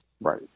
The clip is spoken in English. Right